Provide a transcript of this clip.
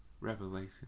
revelation